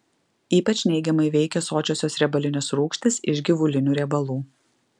ypač neigiamai veikia sočiosios riebalinės rūgštys iš gyvulinių riebalų